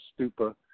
stupa